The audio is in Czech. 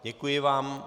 Děkuji vám.